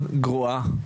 מאוד גרועה,